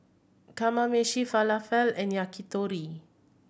Kamameshi Falafel and Yakitori